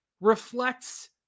reflects